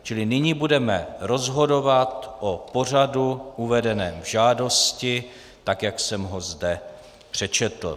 Čili nyní budeme rozhodovat o pořadu uvedeném v žádosti, tak jak jsem ho zde přečetl.